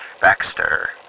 Baxter